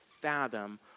fathom